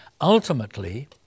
Ultimately